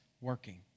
working